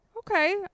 Okay